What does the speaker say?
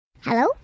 Hello